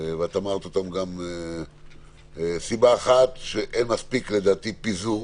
היא שאין מספיק פיזור.